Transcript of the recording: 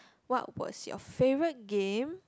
what was your favourite game